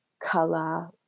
color